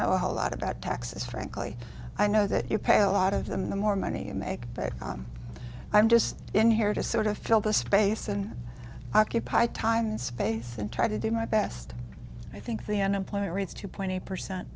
know a whole lot about taxes frankly i know that you pay a lot of them the more money you make i'm just in here to sort of fill the space and occupy time and space and try to do my best and i think the employer reads two point eight percent